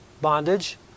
bondage